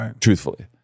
truthfully